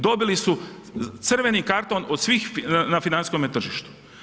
Dobili su crveni karton od svih na financijskome tržištu.